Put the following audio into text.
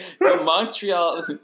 Montreal